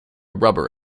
rubber